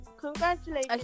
congratulations